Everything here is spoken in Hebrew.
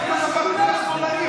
תאפשרו בבקשה לחבר הכנסת